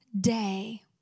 day